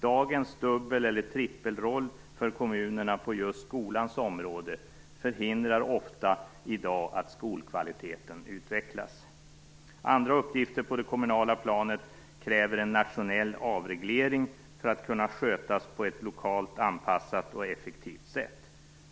Dagens dubbel eller trippelroll för kommunerna på just skolans område förhindrar ofta i dag att skolkvaliteten utvecklas. Andra uppgifter på det kommunala planet kräver en nationell avreglering för att kunna skötas på ett lokalt anpassat och effektivt sätt.